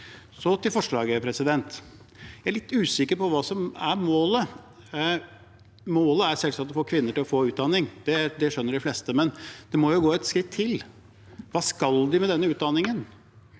Så til forslaget: Jeg er litt usikker på hva som er målet. Målet er selvsagt å få kvinner til å få utdanning, det skjønner de fleste, men man må jo gå et skritt til. Hva skal de med denne utdanningen?